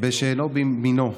בשאינו מינו,